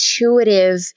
intuitive